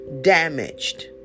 damaged